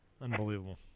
Unbelievable